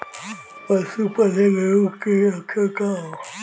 पशु प्लेग रोग के लक्षण का ह?